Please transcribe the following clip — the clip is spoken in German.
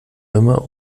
immer